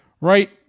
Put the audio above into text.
right